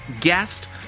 guest